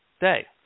day